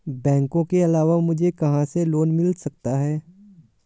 बैंकों के अलावा मुझे कहां से लोंन मिल सकता है?